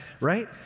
right